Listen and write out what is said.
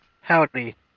howdy